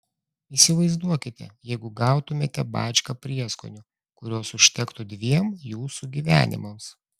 įsivaizduokite jeigu gautumėte bačką prieskonių kurios užtektų dviem jūsų gyvenimams